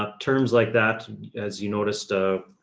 ah terms like that as you noticed. ah,